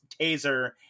taser